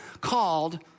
called